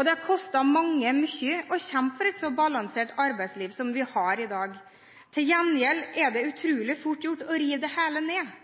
Det har kostet mange mye å kjempe for et så balansert arbeidsliv som vi har i dag. Til gjengjeld er det utrolig fort gjort å rive det hele ned.